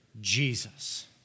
Jesus